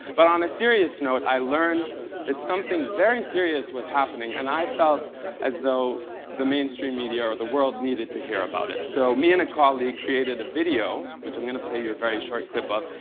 but on a serious note, i learned that something very serious was happening, and i felt as though the mainstream media or the world needed to hear about it. so me and a colleague created a video, which i'm going to play you a very short clip of,